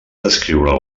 descriure